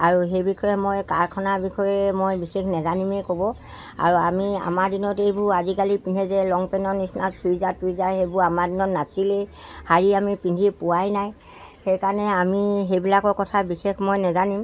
আৰু সেই বিষয়ে মই কাৰখানাৰ বিষয়ে মই বিশেষ নাজানিমেই ক'ব আৰু আমি আমাৰ দিনত এইবোৰ আজিকালি পিন্ধে যে লং পেনৰ নিচিনা চুইজাৰ টুইজাৰ সেইবোৰ আমাৰ দিনত নাছিলেই শাড়ী আমি পিন্ধি পোৱাই নাই সেইকাৰণে আমি সেইবিলাকৰ কথা বিশেষ মই নাজানিম